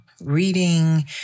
reading